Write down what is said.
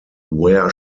where